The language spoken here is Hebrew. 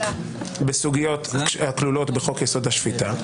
בסוגיות הכלולות בחוק-יסוד: השפיטה,